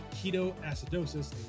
ketoacidosis